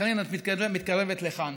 קארין, את מתקרבת לכאן.